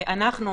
אנחנו,